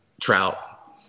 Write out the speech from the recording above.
Trout